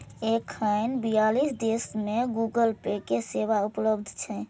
एखन बियालीस देश मे गूगल पे के सेवा उपलब्ध छै